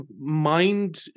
mind –